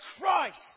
Christ